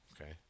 Okay